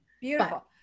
Beautiful